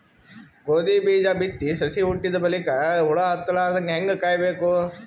ಗೋಧಿ ಬೀಜ ಬಿತ್ತಿ ಸಸಿ ಹುಟ್ಟಿದ ಬಲಿಕ ಹುಳ ಹತ್ತಲಾರದಂಗ ಹೇಂಗ ಕಾಯಬೇಕು?